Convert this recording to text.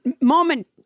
moment